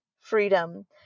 freedom